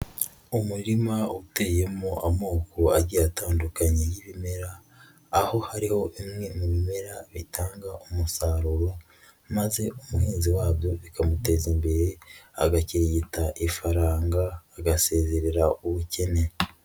Umurima uteyemo amoko agiye atandukanye y'ibimera, aho hariho bimwe mu bimera bitanga umusaruro maze umuhinzi wabyo bikamuteza imbere, agakirigita ifaranga, agasezerera ubukene.